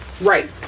Right